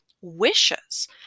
wishes